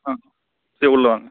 ஆ சரி உள்ளே வாங்க